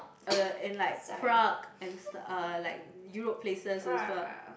uh and like Prague and st~ uh like Europe places as well